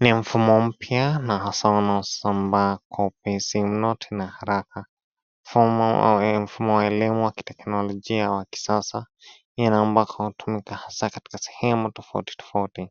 Ni mfumo mpya na hasa unaosambaa kwa upesi mno na tena haraka mfumo wa elimu wa kiteknolojia wa kisasa. Hii ni ambako hutumika hasa kwenye sehemu tofauti tofauti